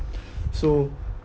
so